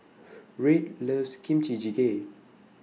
Red loves Kimchi Jjigae